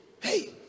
hey